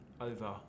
over